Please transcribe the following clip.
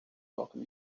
welcome